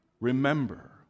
remember